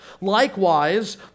Likewise